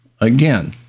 again